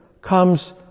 comes